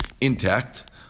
intact